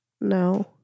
No